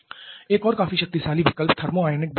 एक और काफी शक्तिशाली विकल्प थर्मिओनिक बिजली उत्पादन है